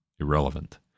irrelevant